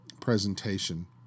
presentation